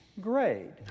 grade